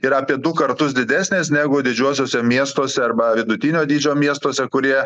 ir apie du kartus didesnės negu didžiuosiuose miestuose arba vidutinio dydžio miestuose kurie